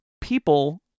people